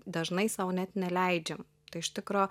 dažnai sau net neleidžiam tai iš tikro